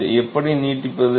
இதை எப்படி நீட்டிப்பது